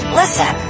listen